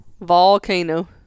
Volcano